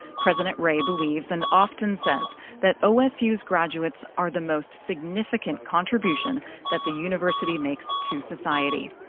president ray believes and often says that osu's graduates are the most significant contribution that the university makes to society.